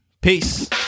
Peace